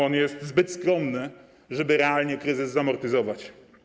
On jest zbyt skromny, żeby realnie kryzys zamortyzować.